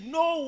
no